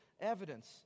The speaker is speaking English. evidence